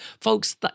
folks